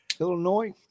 Illinois